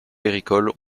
agricoles